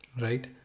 right